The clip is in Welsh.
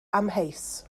amheus